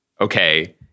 okay